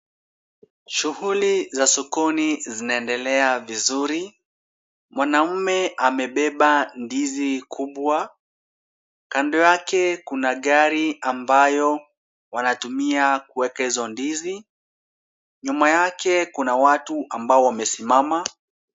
Shughuli za sokoni zinaendelea vizuri. Mwanaume amebeba ndizi kubwa .Kando yake kuna gari ambayo wanatumia kuweka hizo ndizi nyuma yake kuna watu ambao wamesimama.